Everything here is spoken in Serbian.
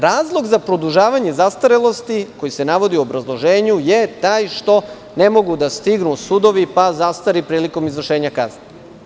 Razlog za produžavanje zastarelosti koji se navodi u obrazloženju je taj što ne mogu da stignu sudovi, pa zastari prilikom izvršenja kazne.